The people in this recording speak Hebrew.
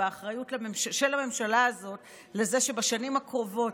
והאחריות של הממשלה הזאת לזה שבשנים הקרובות,